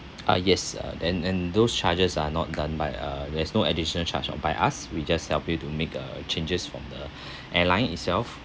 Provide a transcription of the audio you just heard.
ah yes uh then and those charges are not done by uh there's no additional charge of by us we just help you to make a changes from the airline itself